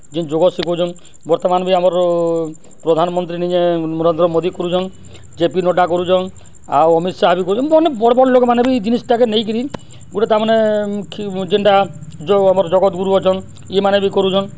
ଯେନ୍ ଯୋଗ ଶିଖଉଚନ୍ ବର୍ତ୍ତମାନ ବି ଆମର୍ ପ୍ରଧାନମନ୍ତ୍ରୀ ନିଜେ ନରେନ୍ଦ୍ର ମୋଦୀ କରୁଚନ୍ ଜେପି ନଡ଼ା କରୁଚନ୍ ଆଉ ଅମିତ୍ ଶାହା ବି କରୁଚନ୍ ମାନେ ବଡ଼୍ ବଡ଼୍ ଲୋକ୍ମାନେ ବି ଇ ଜିନିଷ୍ଟାକେ ନେଇକିରି ଗୁଟେ ତାମାନେେ ଯେନ୍ଟା ଯୋଉ ଆମର୍ ଜଗତ୍ଗୁରୁ ଅଛନ୍ ଇମାନେ ବି କରୁଚନ୍